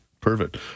Perfect